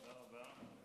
תודה רבה.